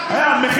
אתה יודע,